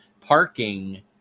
parking